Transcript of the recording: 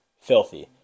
Filthy